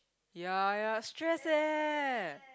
ya ya stress eh